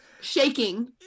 shaking